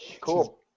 Cool